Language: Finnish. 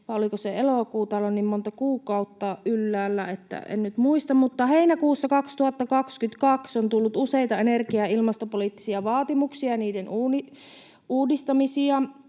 vai oliko se elokuu, täällä on niin monta kuukautta ylhäällä, että en nyt muista, mutta heinäkuussa 2022 on tullut useita energia- ja ilmastopoliittisia vaatimuksia ja niiden uudistamisia.